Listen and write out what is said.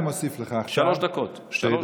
אני מוסיף לך עכשיו שתי דקות.